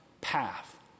path